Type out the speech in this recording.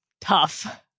Tough